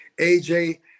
AJ